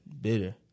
bitter